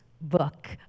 book